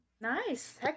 nice